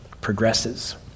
progresses